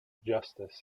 justus